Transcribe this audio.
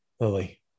Lily